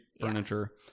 furniture